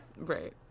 Right